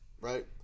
Right